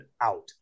out